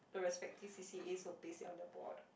the respective C_C_As will paste it on the board